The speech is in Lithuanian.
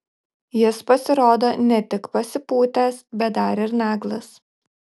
jis pasirodo ne tik pasipūtęs bet dar ir naglas